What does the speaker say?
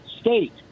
state